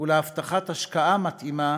ולהבטחת השקעה מתאימה